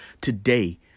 today